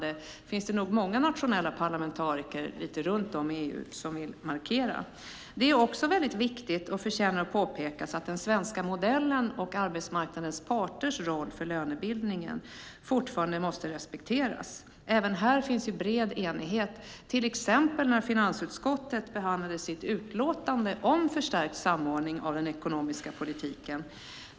Det finns det nog många nationella parlamentariker lite runt om i EU som vill markera. Det är också väldigt viktigt och förtjänar att påpekas att den svenska modellen och arbetsmarknadens parters roll för lönebildningen fortfarande måste respekteras. Även här finns en bred enighet. Det gäller till exempel när finansutskottet behandlade sitt utlåtande om förstärkt samordning av den ekonomiska politiken.